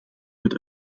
mit